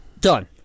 Done